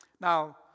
Now